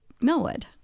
Millwood